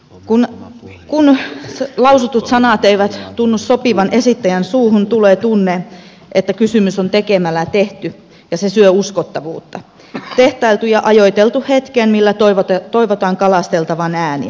kun lausutut sanat eivät tunnu sopivan esittäjän suuhun tulee tunne että kysymys on tekemällä tehty ja se syö uskottavuutta tehtailtu ja ajoitettu hetkeen millä toivotaan kalasteltavan ääniä